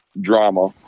drama